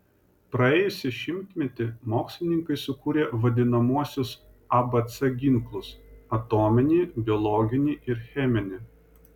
praėjusį šimtmetį mokslininkai sukūrė vadinamuosius abc ginklus atominį biologinį ir cheminį